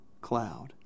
cloud